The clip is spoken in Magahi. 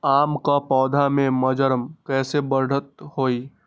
आम क पौधा म मजर म कैसे बढ़त होई?